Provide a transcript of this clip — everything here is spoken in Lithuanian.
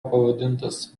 pavadintas